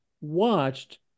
watched